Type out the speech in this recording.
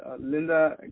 Linda